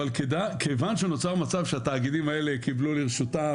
אבל כיוון שנוצר מצב שהתאגידים האלה קיבלו לרשותם